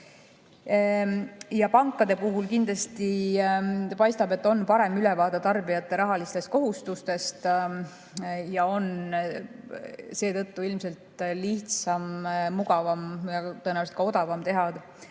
Pankade puhul paistab, et neil on parem ülevaade tarbijate rahalistest kohustustest ja seetõttu on ilmselt lihtsam, mugavam ja tõenäoliselt ka odavam teha